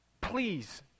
please